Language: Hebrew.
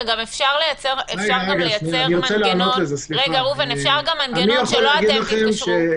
אפשר גם לייצר מנגנון שלא אתם תתקשרו.